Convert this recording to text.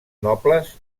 nobles